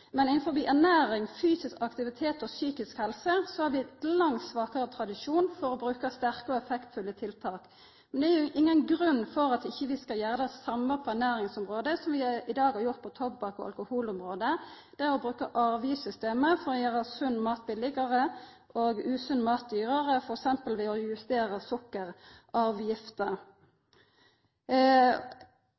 Men innanfor ernæring, fysisk aktivitet og psykisk helse har vi ein langt svakare tradisjon for å bruka sterke og effektfulle tiltak. Det er ingen grunn til at vi ikkje skal gjera det same på ernæringsområdet, som vi i dag har gjort på tobakk- og alkoholområdet – å bruka avgiftssystemet for å gjera sunn mat billegare og usunn mat dyrare, t.d. ved å justera sukkeravgifta.